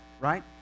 right